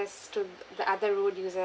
to the other road users